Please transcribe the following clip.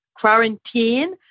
quarantine